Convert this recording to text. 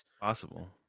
possible